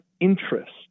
interest